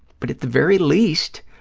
but at the very least,